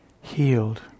healed